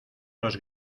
nos